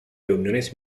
reuniones